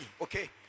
okay